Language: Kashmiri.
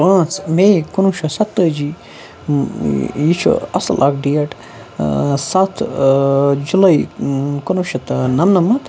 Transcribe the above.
پانٛژھ مے کُنوُہ شیتھ سَتتٲجی یہِ چھُ اَصٕل اَکھ ڈیٹ سَتھ جُلاے کُنوُہ شیٚتھ تہٕ نَمنَمَتھ